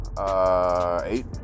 Eight